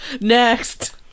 next